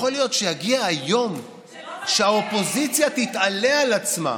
יכול להיות שיגיע היום שהאופוזיציה תתעלה על עצמה?